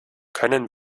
können